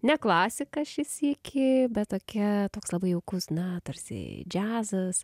ne klasika šį sykį bet tokia toks labai jaukus na tarsi džiazas